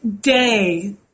day